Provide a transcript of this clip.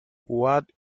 what